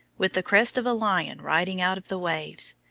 with the crest of a lion riding out of the waves,